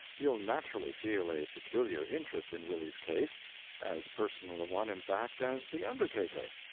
you'll naturally feel a peculiar interest in willie's case as personal a one, in fact, as the undertaker.